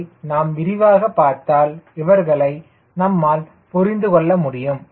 அதை நாம் விரிவாகப் பார்த்தால் இவர்களை நம்மால் புரிந்து கொள்ள முடியும்